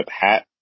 hat